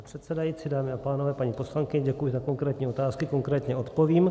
Pane předsedající, dámy a pánové, paní poslankyně, děkuji za konkrétní otázky, konkrétně odpovím.